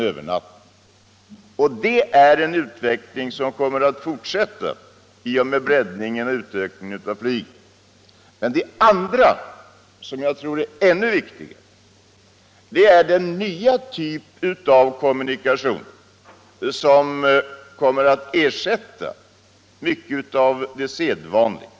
Detta är en utveckling som kommer att fortsätta i och med breddningen och utökningen av flyget. För det andra — och det tror jag är ännu viktigare - kommer den nya typen av kommunikationer att ersätta mycket av det sedvanliga.